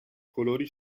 colori